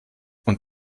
und